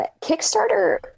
Kickstarter